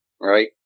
right